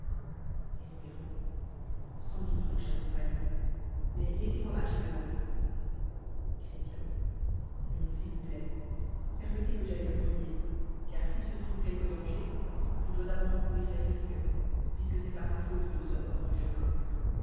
s ns doute mon che cempagnon mais laissez-moi mar cher devant chrét non y s'il vous pjâit per mettez que j'aille le premieé car s'i se trouve quelque danger je doi d'abord en courir les risques puis ee c'est par ma faute que nou aomms hors du chemin